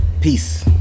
Peace